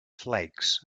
flakes